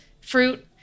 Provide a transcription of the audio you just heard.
fruit